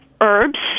herbs